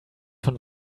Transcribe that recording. von